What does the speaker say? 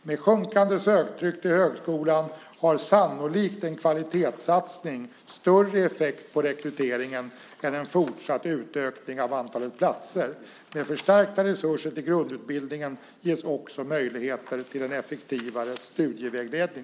Med sjunkande söktryck till högskolan har sannolikt en kvalitetssatsning större effekt på rekryteringen än en fortsatt utökning av antalet platser. Med förstärkta resurser till grundutbildningen ges också möjligheter till en effektivare studievägledning.